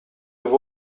have